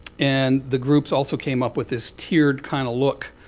and the groups also came up with this tiered kind of look